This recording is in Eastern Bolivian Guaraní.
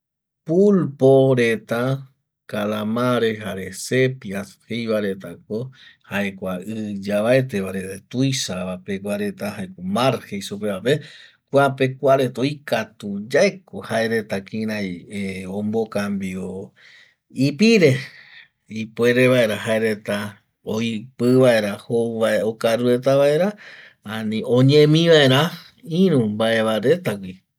Pulpo reta Kalamar jare sepia jeivareta jaeko kua i yavaeteva tuisa va peguareta jaeko mar jei supe va pe kuape kua reta oikatuye ko jaereta kirai omovambio ipire ipuere vaera jaereta opivaera okaruretavaera ani oñemi baera iru mbae va reta gui